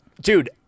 Dude